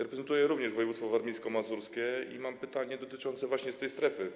Reprezentuję również województwo warmińsko-mazurskie i mam pytanie dotyczące właśnie tej strefy.